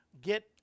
get